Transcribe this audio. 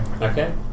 Okay